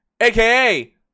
aka